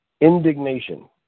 Indignation